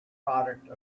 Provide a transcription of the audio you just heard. product